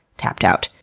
tapped out.